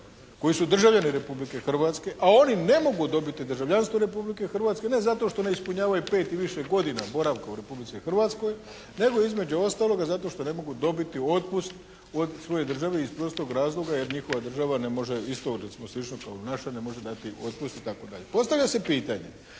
Koji su državljani Republike Hrvatske a oni ne mogu dobiti državljanstvo Republike Hrvatske ne zato što ne ispunjavaju 5 i više godina boravka u Republici Hrvatskoj nego između ostaloga zato što ne mogu dobiti otpust od svoje države iz prostog razloga jer njihova država ne može isto recimo slično kao naša ne može dati otpust i tako dalje. Postavlja se pitanje